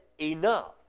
enough